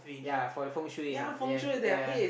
yea for the feng-shui ah yea yea